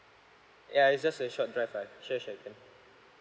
yeah it's just a short drive lah sure sure can